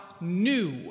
new